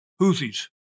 Houthis